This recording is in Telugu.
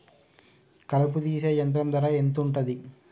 కలుపు తీసే యంత్రం ధర ఎంతుటది?